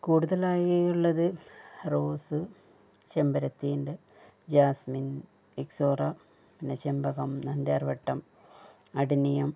കൂടുതലായിള്ളത് rose ചെമ്പരത്തിണ്ട് jasmine ixora പിന്നെ ചെമ്പകം നമ്പ്യാർവട്ടം അഡിനിയം